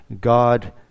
God